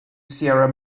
sierra